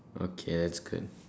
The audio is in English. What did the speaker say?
okay that's good